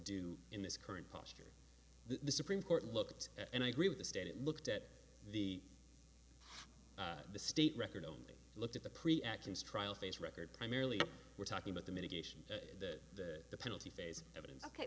do in this current posture the supreme court looked at and i agree with the state it looked at the the state record only looked at the pre actions trial phase record primarily we're talking about the mitigation that the penalty phase evidence ok